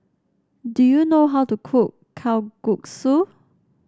do you know how to cook Kalguksu